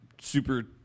super